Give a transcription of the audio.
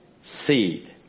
seed